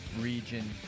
region